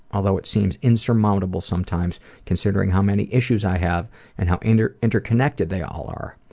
although it seems insurmountable sometimes considering how many issues i have and how and interconnected they all are.